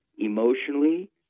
emotionally